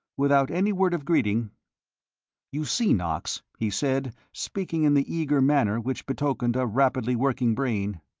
without any word of greeting you see, knox, he said, speaking in the eager manner which betokened a rapidly working brain,